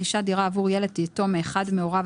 (רכישת דירה עבור ילד יתום מאחד מהוריו),